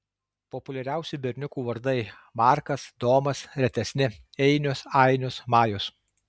populiariausi berniukų vardai markas domas retesni einius ainius majus